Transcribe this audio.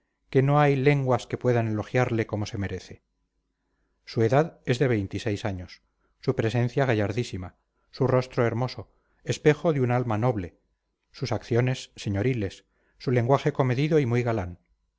que no hay lenguas que puedan elogiarle como se merece su edad es de veintiséis años su presencia gallardísima su rostro hermoso espejo de un alma noble sus acciones señoriles su lenguaje comedido y muy galán